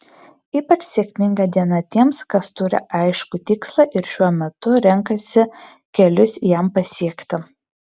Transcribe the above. ypač sėkminga diena tiems kas turi aiškų tikslą ir šiuo metu renkasi kelius jam pasiekti